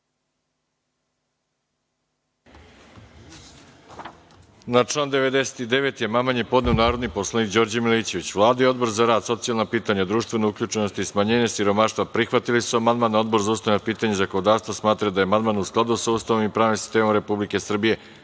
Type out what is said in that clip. član 100. amandman je podneo narodni poslanik Đorđe Milićević. Vlada i Odbor za rad, socijalna pitanja, društvenu uključenost i smanjenje siromaštva prihvatili su amandman, a Odbor za ustavna pitanja i zakonodavstvo smatra da je amandman u skladu sa Ustavom i pravnim sistemom Republike Srbije,